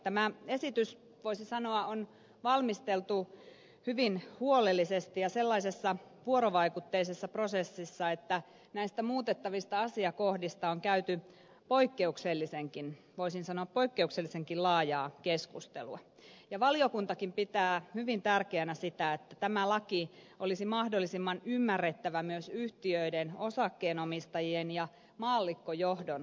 tämä esitys voisi sanoa on valmisteltu hyvin huolellisesti ja sellaisessa vuorovaikutteisessa prosessissa että näistä muutettavista asiakohdista on käyty voisin sanoa poikkeuksellisenkin laajaa keskustelua ja valiokuntakin pitää hyvin tärkeänä sitä että tämä laki olisi mahdollisimman ymmärrettävä myös yhtiöiden osakkeenomistajien ja maallikkojohdon kannalta